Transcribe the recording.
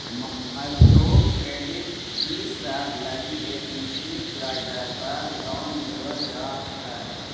micro credit इसब लगी एक निश्चित ब्याज दर पर लोन देवल जा हई